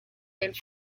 del